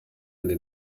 eine